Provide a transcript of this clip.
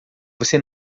você